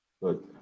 Good